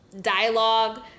dialogue